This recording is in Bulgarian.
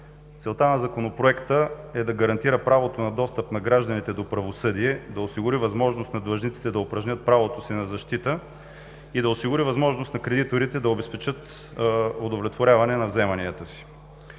Целта на Законопроекта е да гарантира правото на достъп на гражданите до правосъдие, да осигури възможност на длъжниците да упражнят правото си на защита и да осигури възможност на кредиторите да обезпечат удовлетворяване на вземанията си.